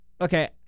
okay